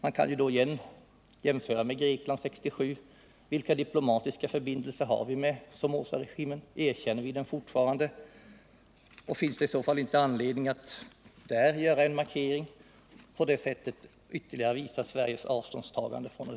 Man kan ju då ånyo jämföra med Grekland 1967. Vilka diplomatiska förbindelser har vi med Somozaregimen? Erkänner vi den fortfarande, och finns det i så fall inte anledning att göra en markering och på det sättet ytterligare visa Sveriges ståndpunktstagande?